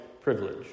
privilege